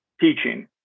teaching